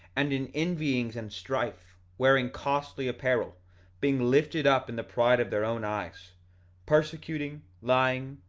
and in envyings and strife wearing costly apparel being lifted up in the pride of their own eyes persecuting, lying,